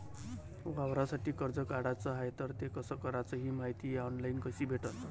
वावरासाठी कर्ज काढाचं हाय तर ते कस कराच ही मायती ऑनलाईन कसी भेटन?